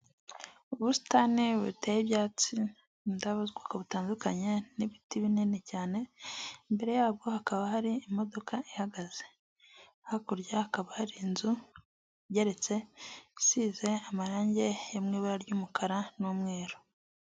Ubusitani buteye ibyatsi, indabo z'ubwoko butandukanye n'ibiti binini cyane, imbere yabwo hakaba hari imodoka ihagaze, hakurya hakaba hari inzu igereretse isize amarangi yo mu ibara ry'umukara n'umweru.